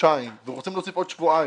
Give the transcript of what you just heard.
חודשיים ורוצים להוסיף עוד שבועיים.